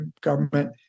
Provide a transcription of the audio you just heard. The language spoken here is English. government